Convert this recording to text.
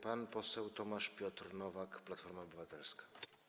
Pan poseł Tomasz Piotr Nowak, Platforma Obywatelska.